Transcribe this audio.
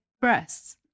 breasts